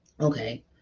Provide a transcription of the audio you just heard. Okay